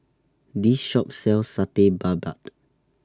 This Shop sells Satay Babat